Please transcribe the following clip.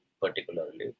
particularly